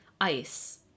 ice